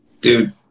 Dude